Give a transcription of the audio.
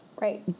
Right